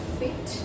fit